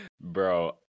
Bro